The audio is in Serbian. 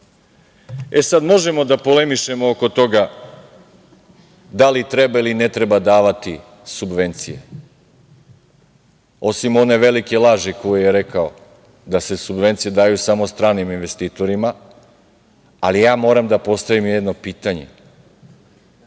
E sad možemo da polemišemo oko togada li treba ili ne treba davati subvencije, osim one velike laži koju je rekao – da se subvencije daju samo stranim investitorima. Ali ja sada moram da postavim jedno pitanje